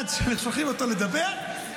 אחד שולחים אותו לדבר,